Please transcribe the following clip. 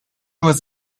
was